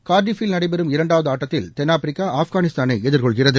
கா்டிப்பில் நடைபெறும் இரண்டாவது ஆட்டத்தில் தென் ஆப்பிரிக்கா ஆப்கானிஸ்தானை எதிர்கொள்கிறது